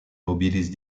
mobilise